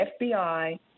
FBI